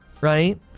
right